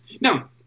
Now